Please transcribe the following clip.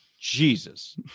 Jesus